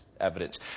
evidence